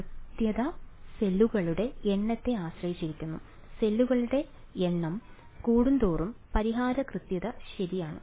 കൃത്യത സെല്ലുകളുടെ എണ്ണത്തെ ആശ്രയിച്ചിരിക്കുന്നു സെല്ലുകളുടെ എണ്ണം കൂടുന്തോറും പരിഹാര കൃത്യത ശരിയാണ്